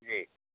जी